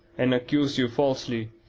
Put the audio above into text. and accused you falsely